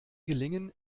gelingen